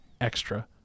extra